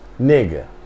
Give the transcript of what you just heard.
Nigga